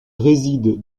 réside